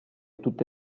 tutte